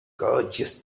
gorgeous